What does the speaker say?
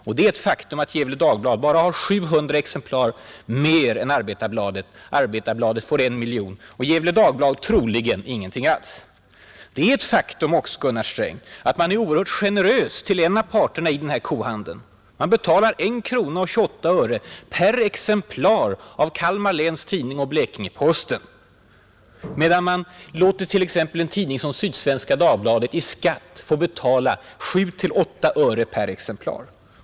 Och det är ett faktum att Gefle Dagblad bara har 700 exemplar mer än Arbetarbladet men att Arbetarbladet får 1 miljon kronor och Gefle Dagblad troligen ingenting alls. Det är också ett faktum, Gunnar Sträng, att man är oerhört generös mot en av parterna i den här kohandeln: man betalar 1 krona 28 öre per exemplar av Kalmar Läns Tidning och Blekingeposten medan man låter en sådan tidning som exempelvis Sydsvenska Dagbladet i skatt få betala 7-8 öre per exemplar.